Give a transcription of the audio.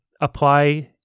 apply